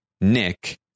Nick